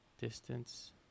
Distance